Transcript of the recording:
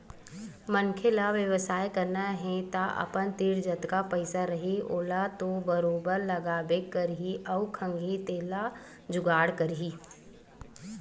मनखे ल बेवसाय करना हे तअपन तीर जतका पइसा रइही ओला तो बरोबर लगाबे करही अउ खंगही तेन ल जुगाड़ करही